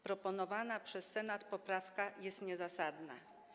Proponowana przez Senat poprawka jest niezasadna.